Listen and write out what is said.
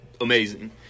amazing